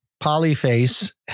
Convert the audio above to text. Polyface